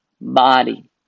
body